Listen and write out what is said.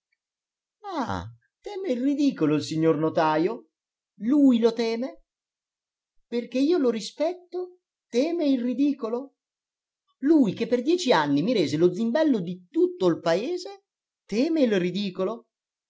il ridicolo il signor notajo lui lo teme perché io lo rispetto teme il ridicolo lui che per dieci anni mi rese lo zimbello di tutto il paese teme il ridicolo